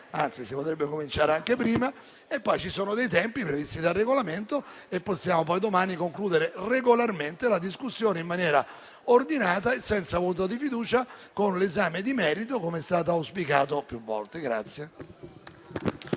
anzi, si potrebbe cominciare anche prima. Ci sono dei tempi previsti dal Regolamento. Possiamo quindi domani concludere regolarmente la discussione in maniera ordinata, senza voto di fiducia, ma con l'esame di merito, come è stato auspicato più volte.